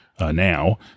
now